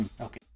Okay